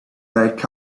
back